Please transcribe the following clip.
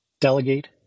Delegate